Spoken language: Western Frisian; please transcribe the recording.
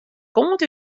kant